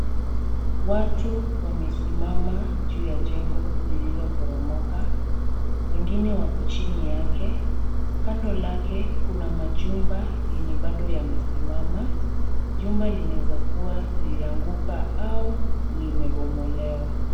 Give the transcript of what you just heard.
Watu wamesimama juu ya jengo lililoporomoka. Wengine wako chini yake. Kando lake kuna majumba yenye bado yamesimama. Jumba linawezakuwa lilianguka au limebomolewa.